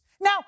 Now